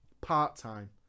Part-time